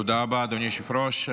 תודה רבה, אדוני היושב-ראש.